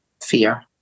fear